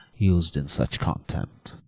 us'd in such contempt?